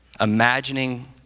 Imagining